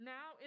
Now